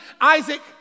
Isaac